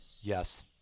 Yes